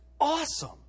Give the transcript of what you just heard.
awesome